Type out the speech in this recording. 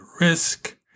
risk